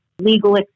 legal